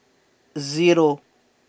zero